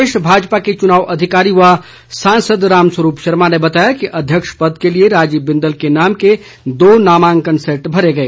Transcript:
प्रदेश भाजपा के चुनाव अधिकारी व सांसद रामस्वरूप शर्मा ने बताया कि अध्यक्ष पद के लिए राजीव बिंदल के नाम के दो नामांकन सैट भरे गए